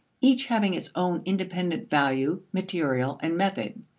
each having its own independent value, material, and method,